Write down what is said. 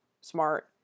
smart